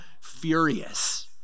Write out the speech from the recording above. furious